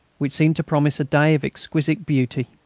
which seemed to promise a day of exquisite beauty.